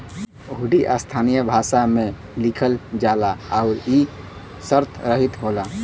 हुंडी स्थानीय भाषा में लिखल जाला आउर इ शर्तरहित होला